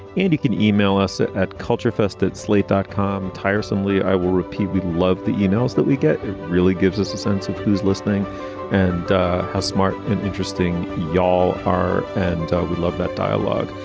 and you can email us at at culture fest at slate dot com tiresomely. i will repeat, we'd love the e-mails that we get. it really gives us a sense of who's listening and how smart and interesting y'all are. and ah we love that dialogue.